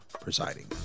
presiding